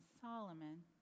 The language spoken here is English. Solomon